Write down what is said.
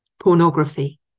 pornography